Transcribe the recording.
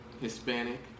Hispanic